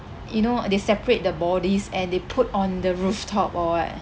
you know they separate the bodies and they put on the rooftop or what